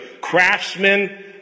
craftsmen